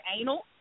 anal